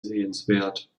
sehenswert